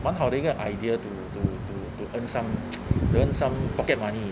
one 好的一个 idea to to to earn some to earn some pocket money